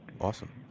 Awesome